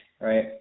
right